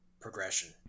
progression